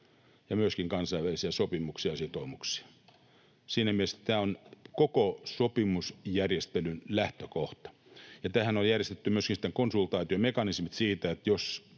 ja myöskin kansainvälisiä sopimuksia ja sitoumuksia. Siinä mielessä tämä on koko sopimusjärjestelyn lähtökohta, ja tähänhän on järjestetty myös sitten konsultaatiomekanismit siitä,